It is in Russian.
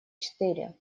четыре